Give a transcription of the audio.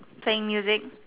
playing music